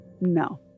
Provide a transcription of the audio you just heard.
no